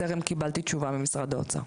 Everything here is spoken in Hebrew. טרם קיבלתי תשובה ממשרד האוצר.